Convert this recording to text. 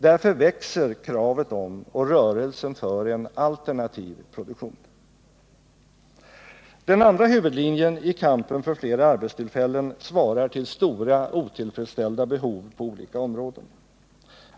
Därför växer kravet på och rörelsen för en alternativ produktion. Den andra huvudlinjen i kampen för flera arbetstillfällen svarar till stora otillfredsställda behov på olika områden.